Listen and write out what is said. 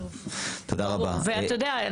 ואתה יודע,